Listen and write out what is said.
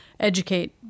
educate